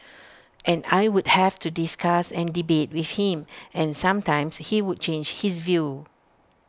and I would have to discuss and debate with him and sometimes he would change his view